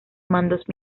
mandos